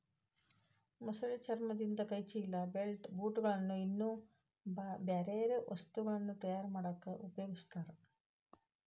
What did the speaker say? ಮೊಸಳೆ ಚರ್ಮದಿಂದ ಕೈ ಚೇಲ, ಬೆಲ್ಟ್, ಬೂಟ್ ಗಳು, ಇನ್ನೂ ಬ್ಯಾರ್ಬ್ಯಾರೇ ವಸ್ತುಗಳನ್ನ ತಯಾರ್ ಮಾಡಾಕ ಉಪಯೊಗಸ್ತಾರ